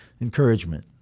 encouragement